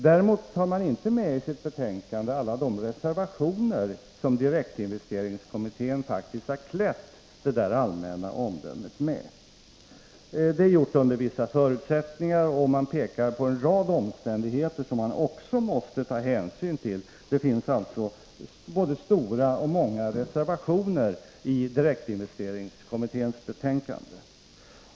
Däremot tar man inte i sitt betänkande med alla de reservationer som direktinvesteringskommittén faktiskt har försett detta allmänna omdöme med. Det är fällt under vissa förutsättningar, och kommittén pekar på en rad omständigheter som man också måste ta hänsyn till. Det finns alltså både stora och många reservationer i direktinvesteringskommitténs betänkande.